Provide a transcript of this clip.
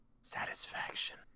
Satisfaction